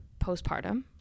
postpartum